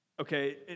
Okay